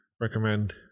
recommend